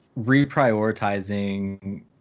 reprioritizing